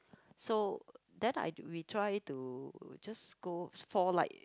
so then I we try to just go for like